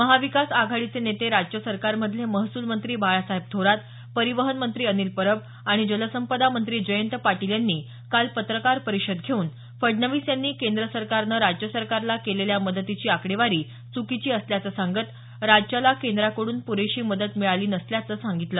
महाविकास आघाडीचे नेते राज्य सरकारमधले महसूल मंत्री बाळासाहेब थोरात परीवहन मंत्री अनिल परब आणि जलसंपदा मंत्री जयंत पाटील यांनी काल पत्रकार परीषद घेऊन फडवणीस यांनी केंद्र सरकारनं राज्य सरकारला केलेल्या मदतीची आकडेवारी च्कीची असल्याचं सांगत राज्याला केंद्राकडून पुरेशी मदत मिळाली नसल्याचं सांगितलं